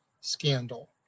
scandal